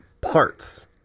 parts